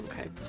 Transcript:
Okay